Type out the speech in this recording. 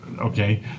Okay